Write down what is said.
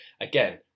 again